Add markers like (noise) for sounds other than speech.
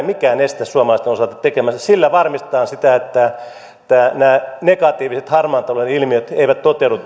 (unintelligible) mikään estä suomalaisten osalta tekemästä sillä varmistetaan että nämä negatiiviset harmaan talouden ilmiöt eivät toteudu (unintelligible)